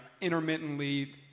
intermittently